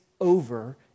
over